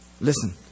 Listen